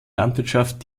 landwirtschaft